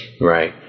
Right